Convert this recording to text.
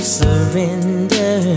surrender